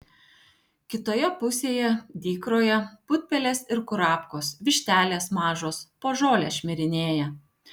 kitoje pusėje dykroje putpelės ir kurapkos vištelės mažos po žolę šmirinėja